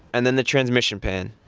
and then the transmission pan.